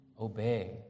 obey